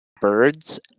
Birds